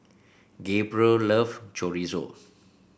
Gabrielle love Chorizo